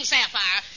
Sapphire